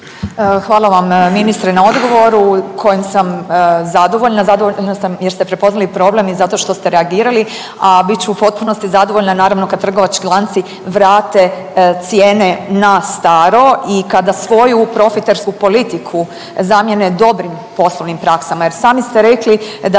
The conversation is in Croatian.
Hvala vam ministre na odgovoru kojim sam zadovoljna, zadovoljna sam jer ste prepoznali problem i zato što ste reagirali, a bit ću u potpunosti zadovoljna naravno kad trgovački lanci vrate cijene na staro i kada svoju profitersku politiku zamijene dobrim poslovnim praksama, jer sami ste rekli da